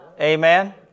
Amen